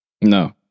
no